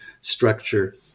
structure